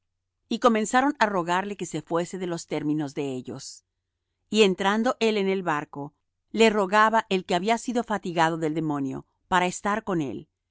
y comenzaron á rogarle que se fuese de los términos de ellos y entrando él en el barco le rogaba el que había sido fatigado del demonio para estar con él